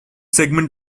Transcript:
segment